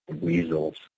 weasels